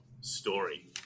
story